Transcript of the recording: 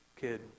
kid